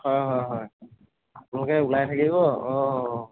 হয় হয় হয় আপোনালোকে ওলাই থাকিব অ অ